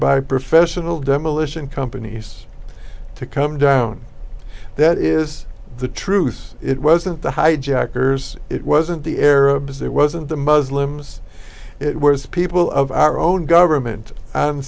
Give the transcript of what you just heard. by professional demolition companies to come down that is the truth it wasn't the hijackers it wasn't the arabs it wasn't the muslims it was people of our own government